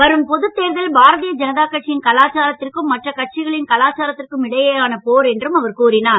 வரும் பொதுத் தேர்தல் பாரதிய ஜனதா கட்சியின் கலாச்சாராத்திற்கும் மற்ற கட்சிகளின் கலாச்சாரத்திற்கும் இடையேயான போர் என்றும் அவர் கூறினார்